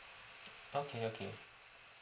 okay okay